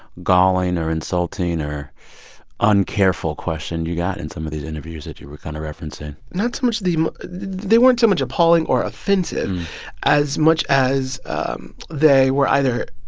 galling or insulting or uncareful question you've got in some of these interviews that you're kind of referencing? not so much the they weren't so much appalling or offensive as much as they were either